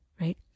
right